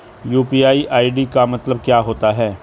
UPI ID का मतलब क्या होता है?